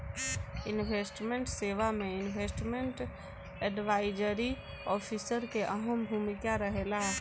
investment सेवा में investment advisory officer के अहम भूमिका रहेला